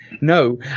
no